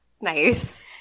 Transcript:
Nice